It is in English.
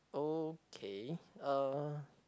okay uh